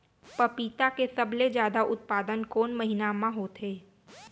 पपीता के सबले जादा उत्पादन कोन महीना में होथे?